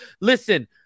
listen